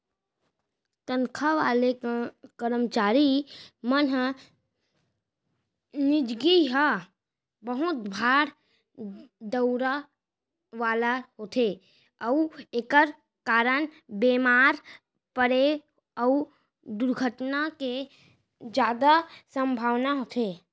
तनखा वाले करमचारी मन के निजगी ह बहुत भाग दउड़ वाला होथे अउ एकर कारन बेमार परे अउ दुरघटना के जादा संभावना होथे